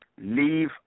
Leave